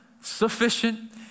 sufficient